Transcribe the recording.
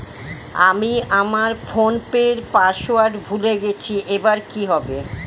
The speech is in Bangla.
আমি আমার ফোনপের পাসওয়ার্ড ভুলে গেছি এবার কি হবে?